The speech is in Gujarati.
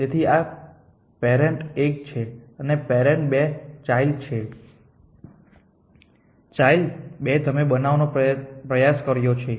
તેથી આ પેરેન્ટ 1 છે પેરેન્ટ 2 તે ચાઈલ્ડ 1 છે ચાઈલ્ડ 2 તમે બનાવવાનો પ્રયાસ કર્યો છે